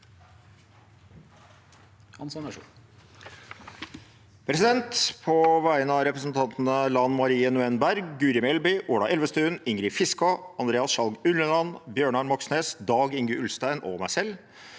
På vegne av re- presentantene Lan Marie Nguyen Berg, Guri Melby, Ola Elvestuen, Ingrid Fiskaa, Andreas Sjalg Unneland, Bjørnar Moxnes, Dag-Inge Ulstein og meg selv